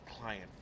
client